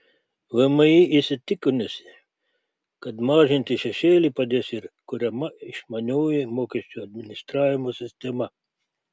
vmi įsitikinusi kad mažinti šešėlį padės ir kuriama išmanioji mokesčių administravimo sistema